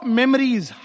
memories